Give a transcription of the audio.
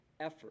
effort